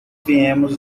viemos